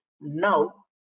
now